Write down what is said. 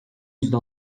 yüzde